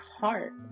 heart